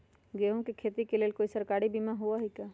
गेंहू के खेती के लेल कोइ सरकारी बीमा होईअ का?